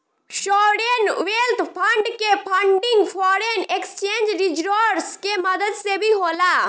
sovereign wealth fund के funding foreign exchange reserves के मदद से भी होला